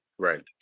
Right